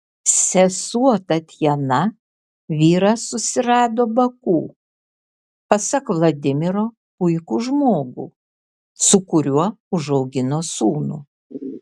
sesuo tatjana vyrą susirado baku pasak vladimiro puikų žmogų su kuriuo užaugino sūnų